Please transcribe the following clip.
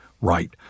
right